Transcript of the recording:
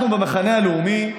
אנחנו במחנה הלאומי,